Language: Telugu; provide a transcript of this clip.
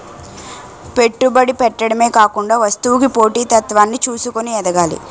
పెట్టుబడి పెట్టడమే కాకుండా వస్తువుకి పోటీ తత్వాన్ని చూసుకొని ఎదగాలి